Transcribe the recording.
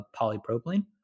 polypropylene